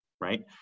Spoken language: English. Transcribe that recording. right